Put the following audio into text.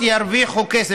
אבל אתה רוצה, את החבילה.